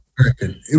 American